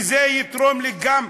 וזה יתרום גם,